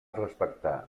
respectar